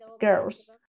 girls